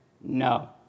no